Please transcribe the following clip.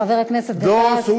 חבר הכנסת גטאס,